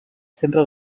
centre